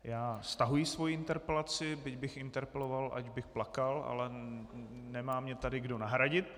Já stahuji svoji interpelaci, byť bych interpeloval, až bych plakal, ale nemá mě tady kdo nahradit.